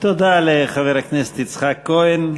תודה לחבר הכנסת יצחק כהן.